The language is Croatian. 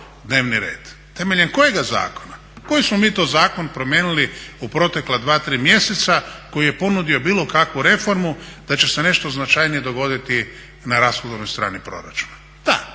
temeljem kojega zakona, koji smo mi to zakon promijenili u protekla dva, tri mjeseca koji je ponudio bilo kakvu reformu da će se nešto značajnije dogoditi na rashodovnoj strani proračunu? Da,